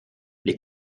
les